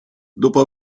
dopo